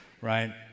right